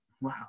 Wow